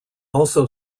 also